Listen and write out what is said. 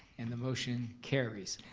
and the motion carries.